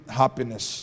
happiness